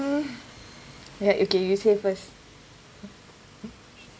ya okay you say first